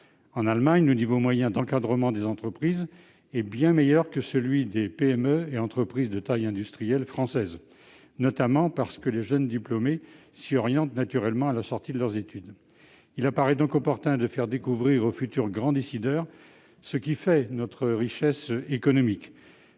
En Allemagne, le niveau moyen d'encadrement des entreprises est bien meilleur que celui des PME et entreprises de taille intermédiaire (ETI) françaises, notamment parce que les jeunes diplômés s'y orientent naturellement à la sortie de leurs études. Il paraît donc opportun de faire découvrir aux futurs grands décideurs ce qui fait notre richesse économique.